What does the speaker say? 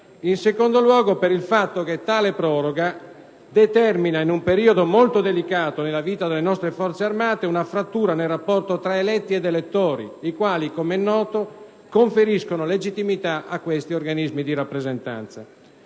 in secondo luogo, per il fatto che tale proroga determina, in un periodo molto delicato nella vita delle nostre Forze armate, una frattura nel rapporto tra eletti ed elettori, i quali, come è noto, conferiscono legittimità a questi organismi di rappresentanza.